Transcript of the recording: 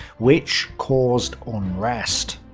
which caused unrest.